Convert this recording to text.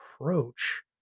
approach